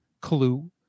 clue